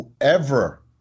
whoever